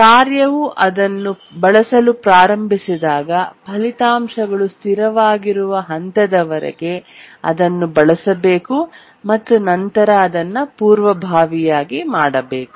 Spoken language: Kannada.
ಕಾರ್ಯವು ಅದನ್ನು ಬಳಸಲು ಪ್ರಾರಂಭಿಸಿದಾಗ ಫಲಿತಾಂಶಗಳು ಸ್ಥಿರವಾಗಿರುವ ಹಂತದವರೆಗೆ ಅದನ್ನು ಬಳಸಬೇಕು ಮತ್ತು ನಂತರ ಅದನ್ನು ಪೂರ್ವಭಾವಿಯಾಗಿ ಮಾಡಬಹುದು